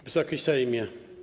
Wysoki Sejmie!